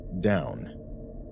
down